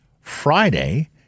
Friday